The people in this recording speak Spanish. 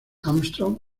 armstrong